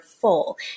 full